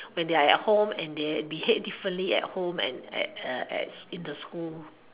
when they are at home and they behave differently at home and at at in the school